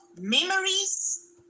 memories